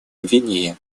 гвинея